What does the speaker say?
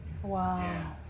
Wow